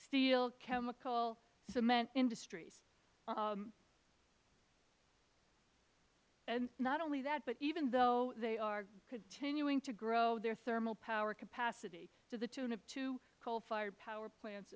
steel chemical cement industries not only that but even though they are continuing to grow their thermal power capacity to the tune of two coal fired power plants